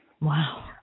Wow